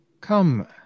Come